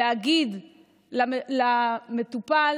להגיד למטופל,